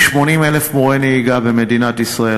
יש ,00080 מורי נהיגה במדינת ישראל,